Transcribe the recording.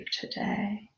today